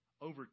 Over